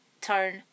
turn